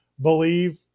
believe